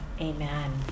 amen